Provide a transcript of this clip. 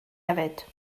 hefyd